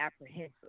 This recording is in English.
apprehensive